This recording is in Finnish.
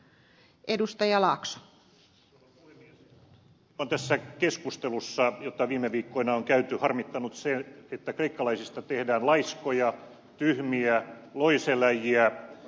minua on tässä keskustelussa jota viime viikkoina on käyty harmittanut se että kreikkalaisista tehdään laiskoja tyhmiä loiseläjiä